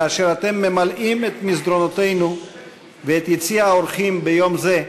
כאשר אתם ממלאים את מסדרונותינו ואת יציע האורחים ביום זה,